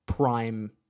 Prime